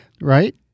Right